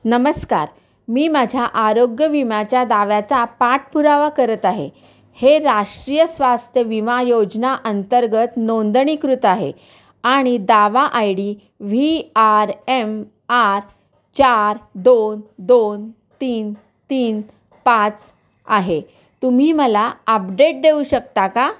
नमस्कार मी माझ्या आरोग्य विम्याच्या दाव्याचा पाठपुरावा करत आहे हे राष्ट्रीय स्वास्थ्य विमा योजना अंतर्गत नोंदणीकृत आहे आणि दावा I D V R M R चार दोन दोन तीन तीन पाच आहे तुम्ही मला अपडेट देऊ शकता का